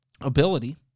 ability